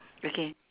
okay